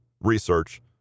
research